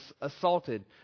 assaulted